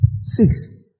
Six